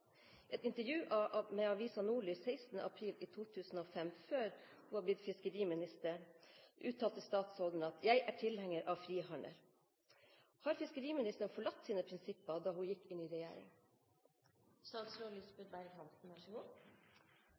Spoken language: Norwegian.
et intervju med avisen Nordlys 16. april i 2005 – før hun var blitt fiskeriminister – uttalte statsråden at «jeg er tilhenger av frihandel». Har fiskeriministeren forlatt sine prinsipper da hun gikk inn i regjeringen? Nei, jeg er absolutt tilhenger av frihandel og god